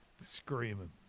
Screaming